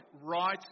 right